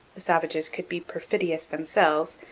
the savages could be perfidious themselves,